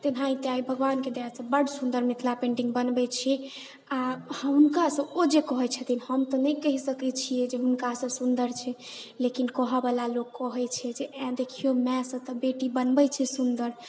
तेनाहिते आइ भगवानके दया से बड़ सुंदर मिथिला पेंटिङ्ग बनबैत छिऐ आ हुनकासँ ओ जे कहैत छथिन हम तऽ नहि कहि सकैत छिऐ जे हुनकासँ सुंदर छै लेकिन कहऽ वाला लोक कहैत छै जे आए देखिऔ माए से तऽ बेटी बनबै छै सुंदर